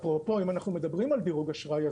אם אנחנו מדברים על דירוג אשראי,